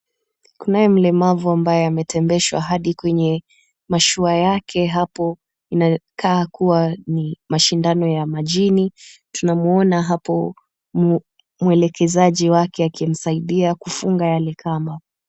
Kunaye mlemavu mmoja ambaye ametembeshwa hadi kwenye mashua yake hapo inakàa kuwa ni mashindano ÿa majini. Tunamuona hapo muelekezaji wake akimsaidia kufunga yale kamba.